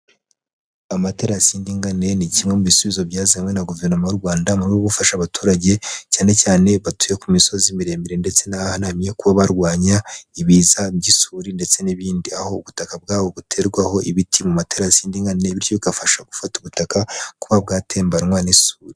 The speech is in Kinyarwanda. Amaterasi y'indinganire ni kimwe mu bisubizo byazanywe na guverinoma y'u Rwanda, mu rwego rwo gufasha abaturage, cyane cyane batuye ku misozi miremire ndetse n'ahahanamye, kuba barwanya ibiza by'isuri ndetse n'ibindi, aho ubutaka bwabo buterwaho ibiti mu materasi y'indinganire, bityo bigafasha gufata ubutaka kuba bwatembanwa n'isuri.